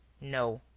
no.